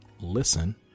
listen